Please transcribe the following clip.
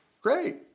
great